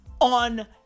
On